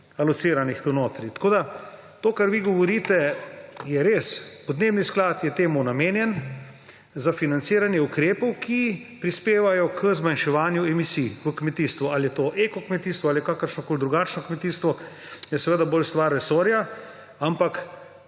alociranih tu notri. Tako da to, kar vi govorite, je res. Podnebni sklad je temu namenjen, za financiranje ukrepov, ki prispevajo k zmanjševanju emisij v kmetijstvu, ali je to ekokmetijstvo ali je kakršnokoli drugačno kmetijstvo, je seveda bolj stvar resorja. Ampak